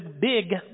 big